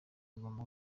mugomba